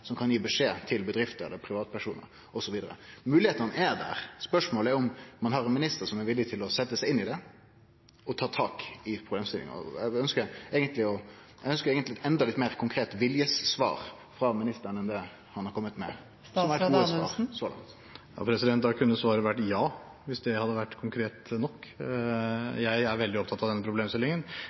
som kan gi beskjed til bedrifter eller privatpersonar, osv. Moglegheitene er der, spørsmålet er om ein har ein minister som er villig til å setje seg inn i det og ta tak i problemstillinga. Eg ønskjer eigentleg eit enda litt meir konkret viljesvar frå ministeren enn det han har kome med så langt. Da kunne svaret ha vært ja, hvis det hadde vært konkret nok. Jeg er veldig opptatt av denne